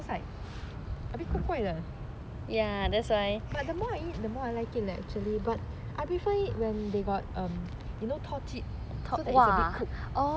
it's like a bit 怪怪的 but the more I eat the more I like it eh actually but I prefer it when they got um you know torch it so that it's a bit cooked